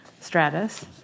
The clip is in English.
Stratus